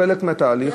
חלק מהתהליך,